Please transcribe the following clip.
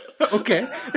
Okay